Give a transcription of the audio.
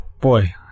boy